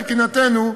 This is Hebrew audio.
מבחינתנו,